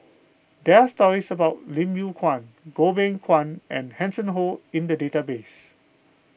there are stories about Lim Yew Kuan Goh Beng Kwan and Hanson Ho in the database